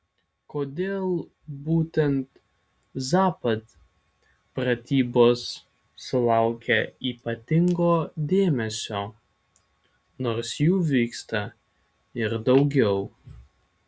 kodėl būtent zapad pratybos sulaukia ypatingo dėmesio nors jų vyksta ir daugiau